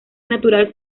natural